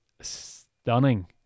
stunning